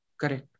Correct